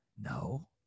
No